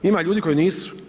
Ima ljudi koji nisu.